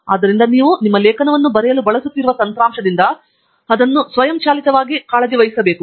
ಆದ್ದರಿಂದ ನೀವು ನಿಮ್ಮ ಲೇಖನವನ್ನು ಬರೆಯಲು ಬಳಸುತ್ತಿರುವ ತಂತ್ರಾಂಶದಿಂದ ಅದನ್ನು ಸ್ವಯಂಚಾಲಿತವಾಗಿ ಕಾಳಜಿ ವಹಿಸಬಹುದು